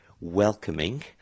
welcoming